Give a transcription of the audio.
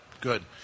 Good